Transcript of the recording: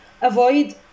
avoid